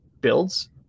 builds